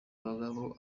abagore